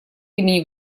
имени